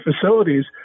facilities